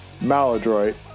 Maladroit